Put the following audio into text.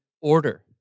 order